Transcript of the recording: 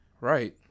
Right